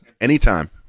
Anytime